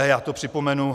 Já to připomenu.